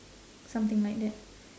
something like that